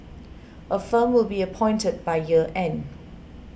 a firm will be appointed by year end